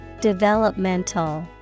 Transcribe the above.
Developmental